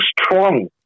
strong